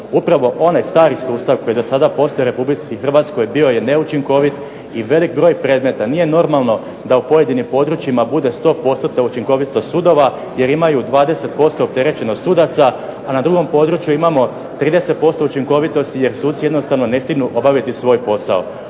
Upravo onaj stari sustav koji je dosada postojao u RH bio je neučinkovit i velik broj predmeta, nije normalno da u pojedinim područjima bude 100%-na učinkovitost sudova jer imaju 20% opterećenost sudaca, a na drugom području imamo 30% učinkovitosti jer suci jednostavno ne stignu obaviti svoj posao.